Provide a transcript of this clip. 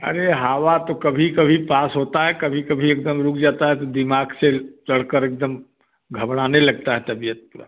अरे हवा तो कभी कभी पास होता है कभी कभी एकदम रुक जाता है तो दिमाग से चढ़कर एकदम घबराने लगता है तबियत पूरा